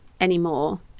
anymore